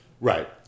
Right